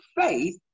faith